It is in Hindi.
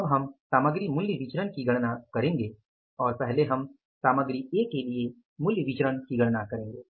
तो अब हम सामग्री मूल्य विचरण की गणना करेंगे और पहले हम सामग्री ए के लिए मूल्य विचरण की गणना करेंगे